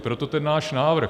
Proto ten náš návrh.